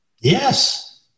Yes